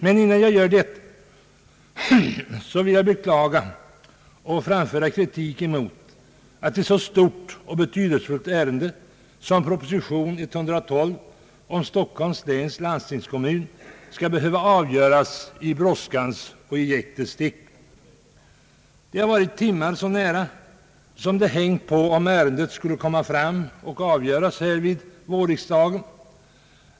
Men innan jag gör detta vill jag beklaga och framföra kritik emot att ett så stort och betydelsefullt ärende som proposition 112 om Stockholms läns landstingskommun skall behöva avgöras i brådskans och jäktets tecken. Det har hängt på timmar om ärendet skulle komma fram till avgörande här vid vårriksdagen.